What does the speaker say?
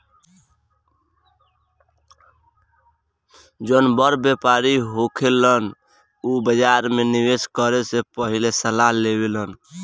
जौन बड़ व्यापारी होखेलन उ बाजार में निवेस करे से पहिले सलाह लेवेलन